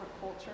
culture